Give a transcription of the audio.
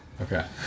Okay